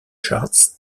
charts